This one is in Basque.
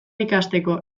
ikasteko